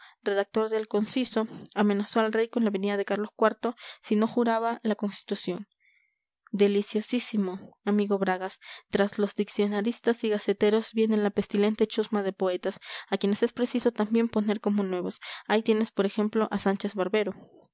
redactor de el conciso amenazó al rey con la venida de carlos iv si no juraba la constitución deliciosísimo amigo bragas tras los diccionaristas y gaceteros viene la pestilente chusma de poetas a quienes es preciso también poner como nuevos ahí tienes por ejemplo a sánchez barbero